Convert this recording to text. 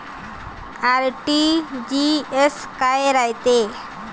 RTGS काय रायते?